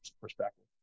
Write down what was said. perspective